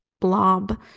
blob